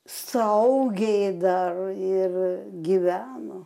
saugiai dar ir gyveno